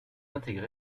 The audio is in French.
intégré